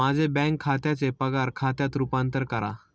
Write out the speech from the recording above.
माझे बँक खात्याचे पगार खात्यात रूपांतर करा